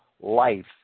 life